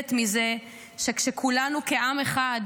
נחרדת מזה שכשכולנו כעם אחד,